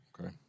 Okay